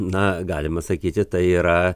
na galima sakyti tai yra